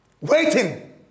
waiting